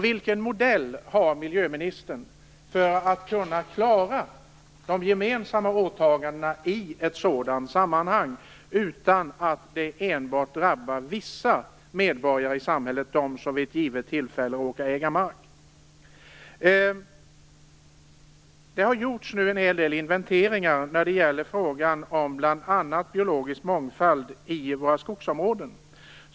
Vilken modell har miljöministern för att kunna klara de gemensamma åtagandena i ett sådant sammanhang utan att det enbart drabbar vissa medborgare i samhället, de som vid ett givet tillfälle råkar äga mark? Det har nu gjorts en hel del inventeringar när det gäller bl.a. frågan om biologisk mångfald i våra skogsområden.